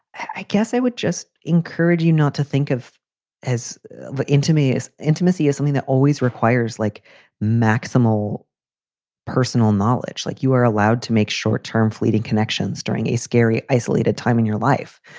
i guess i would just encourage you not to think of as intimacy is intimacy is something that always requires like maximal personal knowledge, like you are allowed to make short term, fleeting connections during a scary, isolated time in your life.